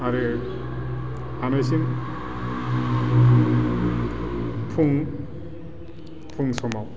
आरो हानायसिम फुं फुं समाव